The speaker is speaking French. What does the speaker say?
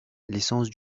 l’essence